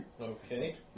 Okay